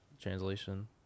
translation